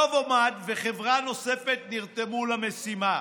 נובומד וחברה נוספת נרתמו למשימה.